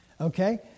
Okay